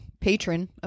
patron